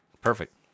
Perfect